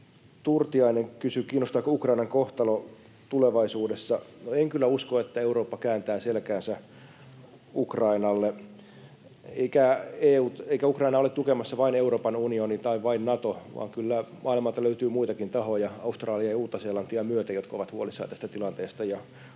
Turtiainen kysyi, kiinnostaako Ukrainan kohtalo tulevaisuudessa: No en kyllä usko, että Eurooppa kääntää selkäänsä Ukrainalle, eikä Ukrainaa ole tukemassa vain Euroopan unioni tai vain Nato, vaan kyllä maailmalta löytyy muitakin tahoja Australiaa ja Uutta-Seelantia myöten, jotka ovat huolissaan tästä tilanteesta